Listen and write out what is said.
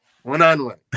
One-on-one